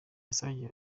yasabye